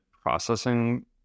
processing